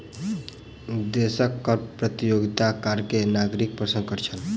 देशक कर प्रतियोगिताक कारणें नागरिक पर संकट छल